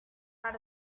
out